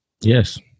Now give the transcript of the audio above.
Yes